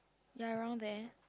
you are wrong there